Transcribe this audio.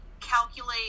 calculate